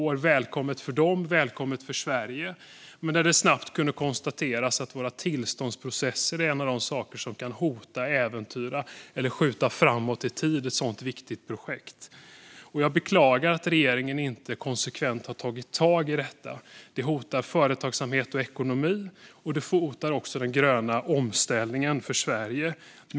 Detta är välkommet för dem och välkommet för Sverige, men det kunde snabbt konstateras att våra tillståndsprocesser är en av de saker som kan hota, äventyra eller skjuta framåt i tid ett sådant viktigt projekt. Jag beklagar att regeringen inte konsekvent har tagit tag i detta. Det hotar företagsamhet och ekonomi, och det hotar också den gröna omställningen för Sverige.